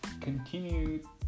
continue